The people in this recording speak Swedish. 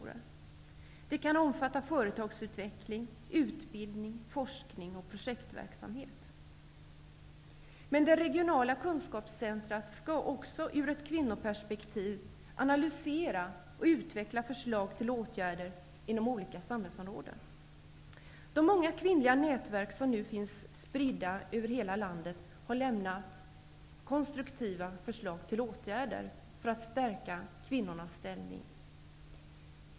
Det här kan omfatta företagsutveckling, utbildning, forskning och projektverksamhet. Men det regionala kunskapscentrumet skall också i ett kvinnoperspektiv analysera och utveckla förslag till åtgärder inom olika samhällsområden. De många kvinnliga nätverk som nu finns spridda över hela landet har lämnat konstruktiva förslag till åtgärder för att stärka kvinnornas ställning.